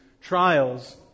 trials